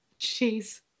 Jeez